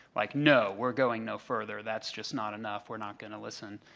like no, we're going no further. that's just not enough. we're not going to listen.